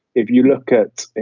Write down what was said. if you look at it,